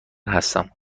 هستم